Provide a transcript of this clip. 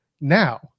Now